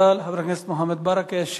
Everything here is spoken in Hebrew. תודה לחבר הכנסת מוחמד ברכה.